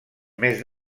més